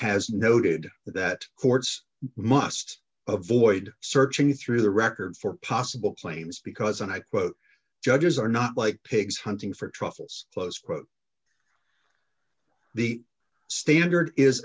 has noted that courts must avoid searching through the records for possible claims because and i quote judges are not like pigs hunting for truffles close quote the standard is